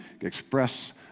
express